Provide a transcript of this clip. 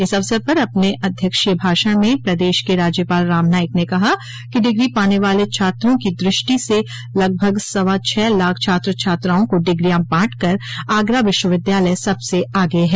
इस अवसर पर अपने अध्यक्षीय भाषण में प्रदेश के राज्यपाल राम नाईक ने कहा कि डिग्री पाने वाले छात्रों की दृष्टि से लगभग सवा छह लाख छात्र छात्राओं को डिग्रिया बांटकर आगरा विश्वविद्यालय सबसे आगे हैं